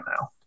now